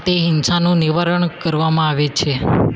તે હિંસાનું નિવારણ કરવામાં આવે છે